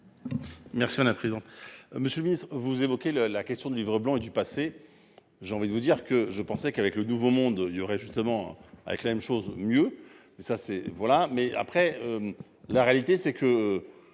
Merci à la prison. Monsieur le Ministre, vous évoquez le la question du Livre blanc et du passé. J'ai envie de vous dire que je pensais qu'avec le nouveau monde. Il y aurait justement avec la même chose mieux mais ça c'est